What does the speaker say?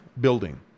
building